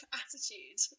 attitude